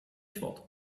sprichwort